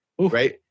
Right